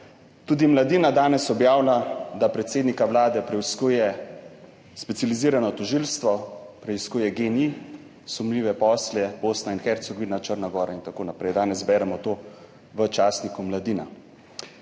Tudi Mladina je danes objavila, da predsednika Vlade preiskuje specializirano tožilstvo, preiskuje sumljive posle GEN-I, Bosna in Hercegovina, Črna gora in tako naprej, danes beremo to v časniku Mladina.